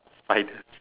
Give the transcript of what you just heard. spiders